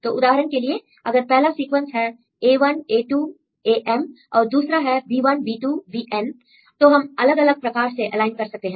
तो उदाहरण के लिए अगर पहला सीक्वेंस है a1 a2 am और दूसरा है b1 b2 bn तो हम अलग अलग प्रकार से एलाइन कर सकते हैं